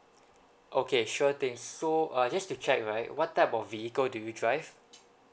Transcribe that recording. okay sure thing so uh just to check right what type of vehicle do you drive